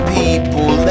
people